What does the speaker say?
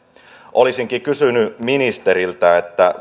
olisinkin kysynyt ministeriltä